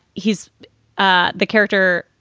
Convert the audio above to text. he's ah the character.